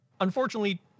Unfortunately